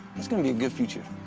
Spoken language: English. it's gonna be a good future.